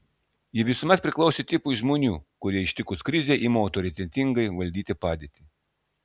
ji visuomet priklausė tipui žmonių kurie ištikus krizei ima autoritetingai valdyti padėtį